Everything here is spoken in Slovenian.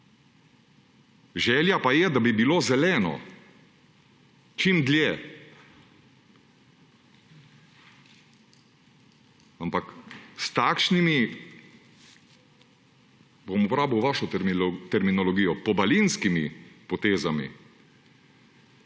Želja pa je, da bi bilo zeleno čim dlje, ampak s takšnimi ‒ bom uporabil vašo terminologijo – pobalinskimi potezami